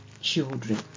children